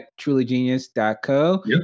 trulygenius.co